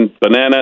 Banana